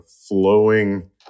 flowing